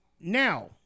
Now